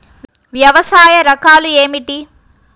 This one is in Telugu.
వ్యవసాయ రకాలు ఏమిటి?